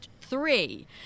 three